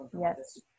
yes